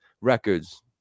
records